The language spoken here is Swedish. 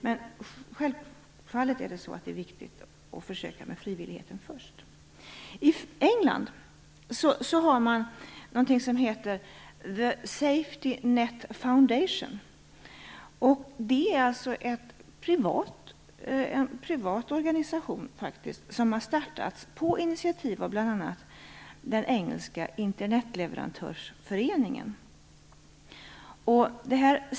Men självfallet är det viktigt att först försöka åstadkomma detta på frivillig väg. I England har man någonting som heter The Safety Net Foundation. Det är en privat organisation som har startats på initiativ av bl.a. den engelska internetleverantörsföreningen.